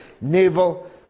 naval